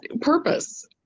purpose